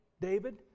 David